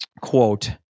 quote